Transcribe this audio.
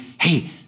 hey